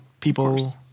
people